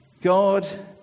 god